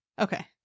Okay